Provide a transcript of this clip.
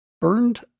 burned